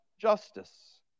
justice